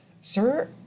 sir